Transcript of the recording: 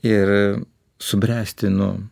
ir subręsti nu